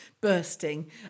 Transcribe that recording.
bursting